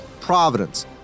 Providence